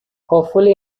hopefully